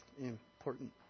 important